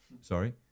Sorry